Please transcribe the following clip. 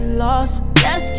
lost